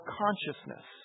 consciousness